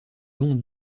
long